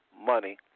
money